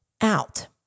out